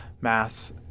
mass